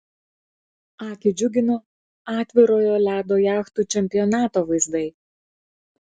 akį džiugino atvirojo ledo jachtų čempionato vaizdai